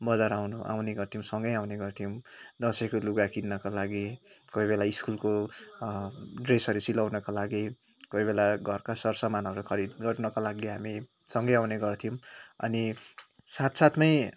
बजार आउनु आउने गर्थ्यौँ सँगै आउने गर्थ्यौँ दसैंको लुगा किन्नको लागि कोही बेला स्कुलको ड्रेसहरू सिलाउनको लागि कोही बेला घरका सरसामानहरू खरिद गर्नको लागि हामी सँगै आउने गर्थ्यौँ अनि साथ साथमै